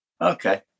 Okay